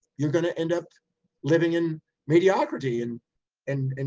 you're going to end up living in mediocrity and and and